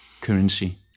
currency